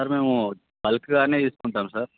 sir మేము బల్క్గా తీసుకుంటాం సార్